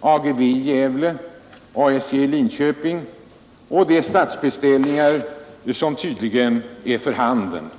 AGV i Gävle, ASJ i Linköping och de statsbeställningar som tydligen är för handen.